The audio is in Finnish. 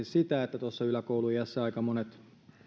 sitä että tuossa yläkouluiässä aika monet